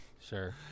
Sure